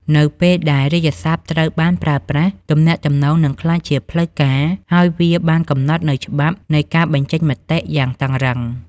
នៅពេលដែលរាជសព្ទត្រូវបានប្រើប្រាស់ ទំនាក់ទំនងនឹងក្លាយជាផ្លូវការ ហើយវាបានកំណត់នូវច្បាប់នៃការបញ្ចេញមតិយ៉ាងតឹងរ៉ឹង។